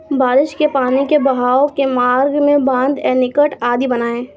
बारिश के पानी के बहाव के मार्ग में बाँध, एनीकट आदि बनाए